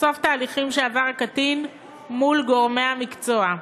לחשוף תהליכים שעבר הקטין מול גורמי המקצוע,